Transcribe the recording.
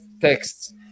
texts